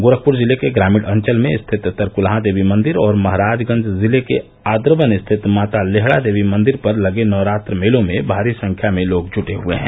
गोरखपुर जिले के ग्रामीण अंचल में स्थित तरकुलहा देवी मंदिर और महराजगंज जिले के आद्रवन स्थित माता लेहड़ा देवी मंदिर पर लगे नवरात्र मेलों में भारी संख्या में लोग जुटे हुये हैं